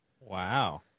Wow